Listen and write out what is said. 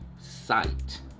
sight